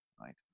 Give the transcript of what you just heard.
right